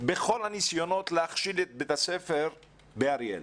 בכל הניסיונות להכשיל את בית הספר באריאל.